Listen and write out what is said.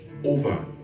over